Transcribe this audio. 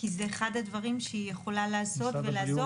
כי זה אחד הדברים שהיא יכולה לעשות ולעזור.